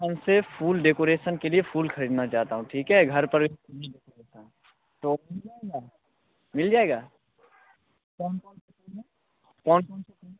हम सिर्फ फूल डेकोरेसन के लिए फूल खरीदना चाहता हूँ ठीक है घर पर तो मिल जाएगा मिल जाएगा कौन कौन कौन कौन